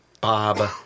Bob